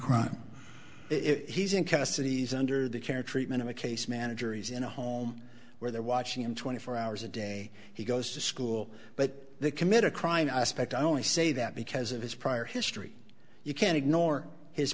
crime if he's in custody he's under the care treatment of a case manager he's in a home where they're watching him twenty four hours a day he goes to school but they commit a crime i suspect i only say that because of his prior history you can ignore his